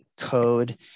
code